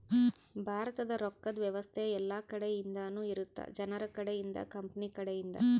ಭಾರತದ ರೊಕ್ಕದ್ ವ್ಯವಸ್ತೆ ಯೆಲ್ಲ ಕಡೆ ಇಂದನು ಇರುತ್ತ ಜನರ ಕಡೆ ಇಂದ ಕಂಪನಿ ಕಡೆ ಇಂದ